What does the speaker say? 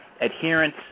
adherence